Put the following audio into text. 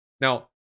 Now